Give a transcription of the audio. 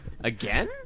Again